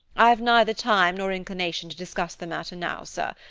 i've neither time nor inclination to discuss the matter now, sir,